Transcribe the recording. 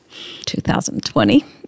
2020